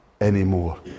anymore